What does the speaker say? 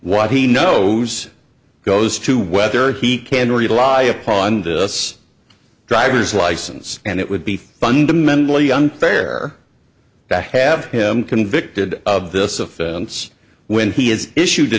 what he knows goes to whether he can rely upon us driver's license and it would be fundamentally unfair to have him convicted of this offense when he is issue